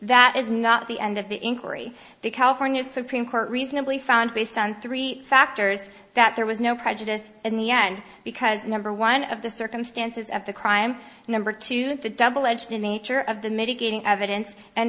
that is not the end of the inquiry the california supreme court reasonably found based on three factors that there was no prejudice in the end because number one of the circumstances of the crime number two the double edged nature of the mitigating evidence and